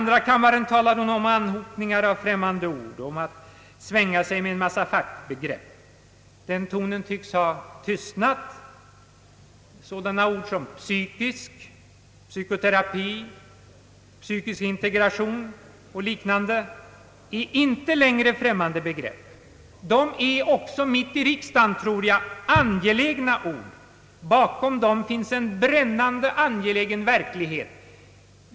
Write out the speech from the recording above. I andra kammaren talade hon om »anhopning av främmande ord», om att »svänga sig med en massa fackbegrepp». Den tonen tycks ha tystnat. Sådana ord som psykisk, psykoterapi, psykisk integration och liknande är inte längre främmande begrepp. De är också mitt i riksdagen, tror jag, angelägna ord. Bakom dem finns en brännande angelägen verklighet.